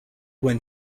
when